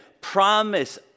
promise